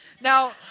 Now